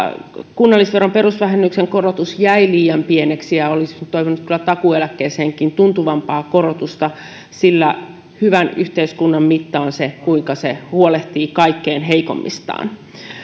kunnallisveron perusvähennyksen korotus jäi liian pieneksi ja olisin toivonut kyllä takuueläkkeeseenkin tuntuvampaa korotusta sillä hyvän yhteiskunnan mitta on se kuinka se huolehtii kaikkein heikoimmistaan